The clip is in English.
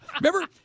Remember